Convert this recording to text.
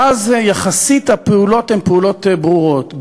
ואז, יחסית, הפעולות הן פעולות ברורות.